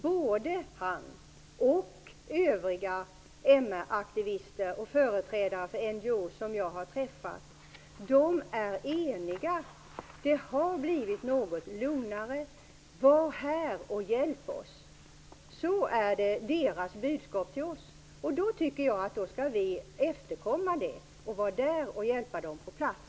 Både han och övriga MR-aktivister och företrädare för NJO som jag har träffat är eniga. Det har blivit något lugnare. Var här och hjälp oss! Det är deras budskap till oss. Då tycker jag att vi skall efterkomma det och vara där och hjälpa dem på plats.